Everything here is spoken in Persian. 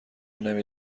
نمی